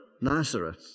Nazareth